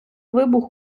вибух